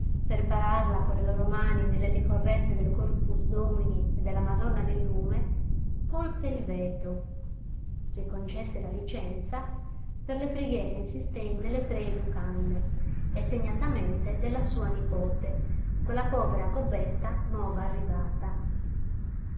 pararla con le loro mani nelle ricorrenze del corpus domini e della madonna del lume tolse il veto riconcesse la licenza per le preghiere insistenti delle tre educande e segnatamente della sua nipote quella povera gobbetta nuova arrivata